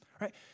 right